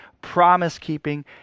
promise-keeping